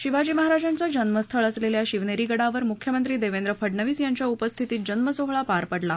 शिवाजी महाराजांचं जन्मस्थळ असलेल्या शिवनेरी गडावर मुख्यमंत्री देवेंद्र फडणवीस यांच्या उपस्थितीत जन्मसोहळा पार पडला